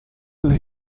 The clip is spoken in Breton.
evel